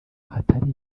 hatari